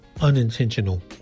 unintentional